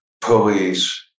police